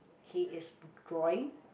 he is drawing